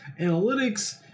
analytics